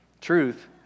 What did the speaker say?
truth